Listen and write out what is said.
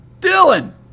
Dylan